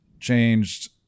changed